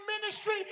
ministry